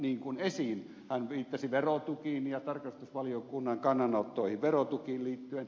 hän viittasi verotukiin ja tarkastusvaliokunnan kannanottoihin verotukiin liittyen